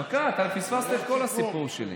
דקה, פספסת את כל הסיפור שלי.